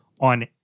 on